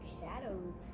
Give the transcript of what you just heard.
shadows